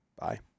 Bye